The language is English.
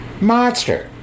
monster